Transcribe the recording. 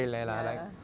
ya